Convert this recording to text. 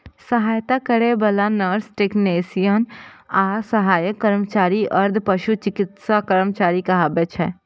सहायता करै बला नर्स, टेक्नेशियन आ सहायक कर्मचारी अर्ध पशु चिकित्सा कर्मचारी कहाबै छै